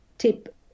tip